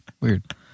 Weird